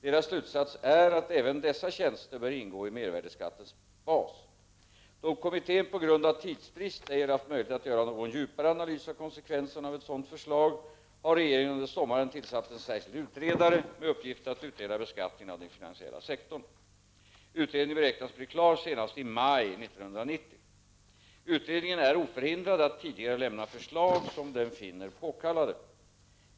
Deras slutsats är att även dessa tjänster bör ingå i mervärdeskattens bas. Då kommittén på grund av tidsbrist ej har haft möjlighet att göra någon djupare analys av konsekvenserna av ett sådant förslag har regeringen under sommaren tillsatt en särskild utredare med uppgift att utreda beskattningen av den finansiella sektorn. Utredningen beräknas bli klar senast i maj 1990. Utredningen är oförhindrad att tidigare lämna förslag, som den finner påkallade.